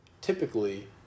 typically